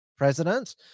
president